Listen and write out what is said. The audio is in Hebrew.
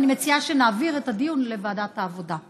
ואני מציעה שנעביר את הדיון לוועדת העבודה.